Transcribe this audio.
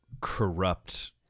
corrupt